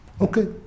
okay